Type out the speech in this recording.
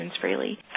freely